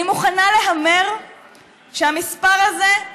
אני מוכנה להמר שהמספר הזה הוא